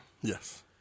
yes